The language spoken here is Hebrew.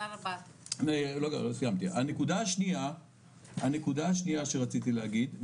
הנקודה השנייה שרציתי להגיד,